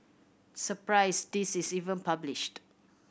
surprised this is even published